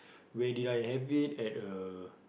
where did I have it at the